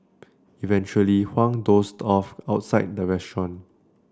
eventually Huang dozed off outside the restaurant